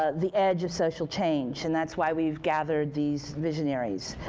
the edge of social change. and that's why we've gathered these visionaries.